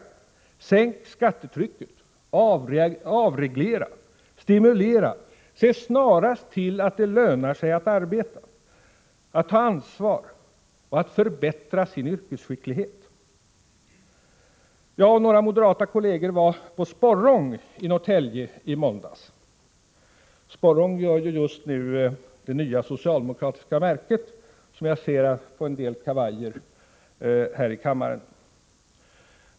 Sänk skattetrycket! Avreglera! Stimulera! Se snarast till att det lönar sig att arbeta, att ta ansvar, att förbättra sin yrkesskicklighet! Jag och några moderata kolleger var på Sporrong i Norrtälje i måndags. Sporrong gör just nu det nya socialdemokratiska märket, som jag ser på en del kavajer här i kammaren.